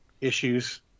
issues